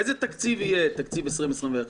איזה תקציב יהיה תקציב 2021?